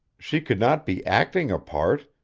she could not be acting a part,